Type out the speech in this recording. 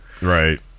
Right